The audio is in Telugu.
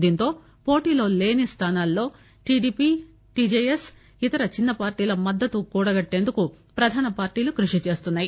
దీంతో పోటీలో లేని స్థానాల్లో టీడీపీ టీజేఎస్ ఇతర చిన్న పార్టీల మద్దతు కూడగట్టేందుకు ప్రధాన పార్టీలు కృషిచేస్తున్నాయి